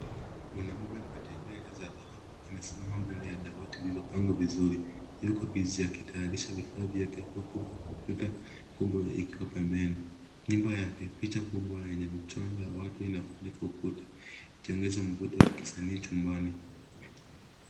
Mwanamme mwenye nywele za dhahabu anasimama mbele ya dawati lililopangwa vizuri. Yuko busy akitayarisha vifaa vyake huku vikompyuta kubwa ikiwa pembeni. Nyumba yake, picha kubwa yenye mitaa ya watu inafunika ukuta, ikitengeneza mvuto wa kisanii chumbani.